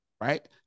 right